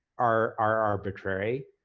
are are arbitrary,